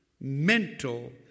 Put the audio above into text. mental